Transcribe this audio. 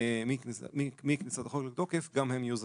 לתוקף, מכניסת החוק לתוקף, גם הן יהיו זכאיות.